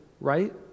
right